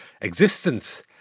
existence